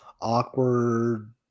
awkward